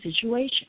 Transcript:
situation